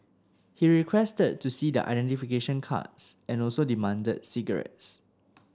he requested to see their identification cards and also demanded cigarettes